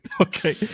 Okay